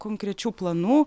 konkrečių planų